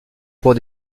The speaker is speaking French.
cours